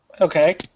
Okay